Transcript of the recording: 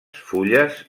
fulles